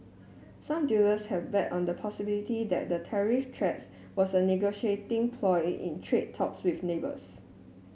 some dealers have bet on the possibility that the tariff threats was a negotiating ploy in trade talks with neighbours